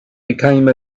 became